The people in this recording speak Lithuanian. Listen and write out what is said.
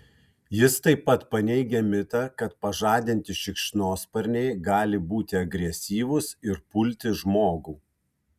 jis taip pat paneigia mitą kad pažadinti šikšnosparniai gali būti agresyvūs ir pulti žmogų